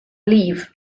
leave